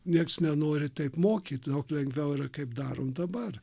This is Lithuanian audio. nieks nenori taip mokyt daug lengviau yra kaip darom dabar